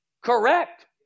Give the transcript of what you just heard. correct